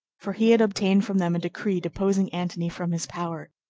for he had obtained from them a decree deposing antony from his power.